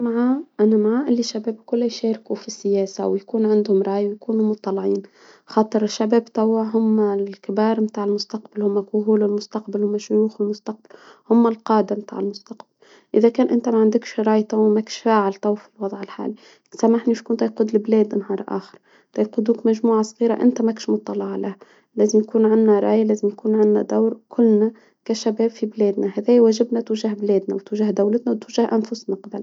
أنا ما اللي شباب الكل يشاركوا في السياسة ويكون عندهم رأي ويكونوا مطلعين، خاطر الشباب توا هم الكبار متاع المستقبل هما قبول المستقبل هما الشيوخ المستقبل، هما القادة بتاع المستقبل، إذا كان إنت ما عندكش راية وماكش فاعل تو في الوضع الحالي، سامحني شكون تا يقود البلاد نهار آخر? تا يقودوك مجموعة صغيرة إنت ماكش مطلع عليها لازم يكون عنا راية ،لازم يكون عنا دور، كلنا كشباب في بلادنا هذايا واجبنا تجاه بلادنا، وتجاه دولتنا وتجاه انفسنا قبل.